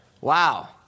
Wow